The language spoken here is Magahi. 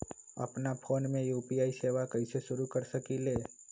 अपना फ़ोन मे यू.पी.आई सेवा कईसे शुरू कर सकीले?